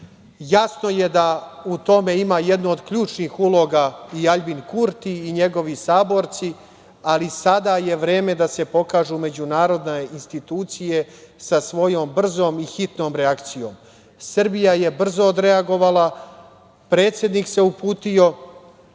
ROSU.Jasno je da u tome ima jednu od ključnih uloga i Aljbin Kurti i njegovi saborci, ali sada je vreme da se pokažu međunarodne institucije sa svojom brzom i hitnom reakcijom. Srbija je brzo odreagovala, predsednik se uputio